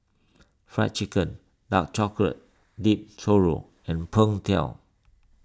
Fried Chicken Dark Chocolate Dipped Churro and Png Tao